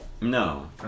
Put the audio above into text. No